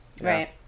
right